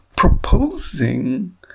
proposing